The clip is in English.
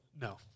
No